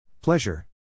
Pleasure